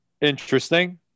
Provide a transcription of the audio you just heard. Interesting